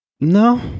no